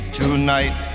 tonight